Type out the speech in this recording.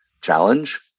challenge